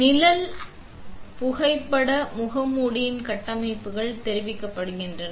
நிழல் நடிகர்களால் புகைப்பட முகமூடியின் கட்டமைப்புகள் தெரிவிக்கப்படுகின்றன